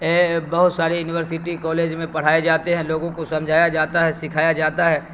بہت سارے university college میں پڑھائے جاتے ہیں لوگوں کو سمجھایا جاتا ہے سکھایا جاتا ہے